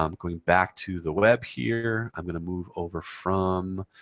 um going back to the web here. i'm going to move over from